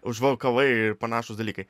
užvalkalai ir panašūs dalykai